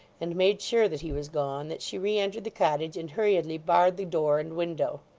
and made sure that he was gone, that she re-entered the cottage, and hurriedly barred the door and window.